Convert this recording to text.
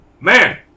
Man